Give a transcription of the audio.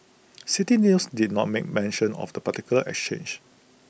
City News did not make mention of the particular exchange